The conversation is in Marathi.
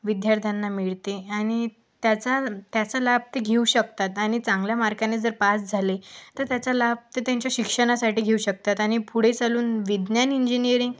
विद्यार्थ्यांना मिळते आणि त्याचा त्याचा लाभ ते घेऊ शकतात आणि चांगल्या मार्काने जर पास झाले तर त्याचा लाभ ते त्यांच्या शिक्षणासाठी घेऊ शकतात आणि पुढे चालून विज्ञान इंजिनीअरिंग